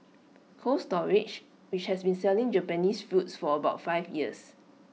cold storage which has been selling Japanese fruits for about five years